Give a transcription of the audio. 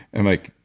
i'm like,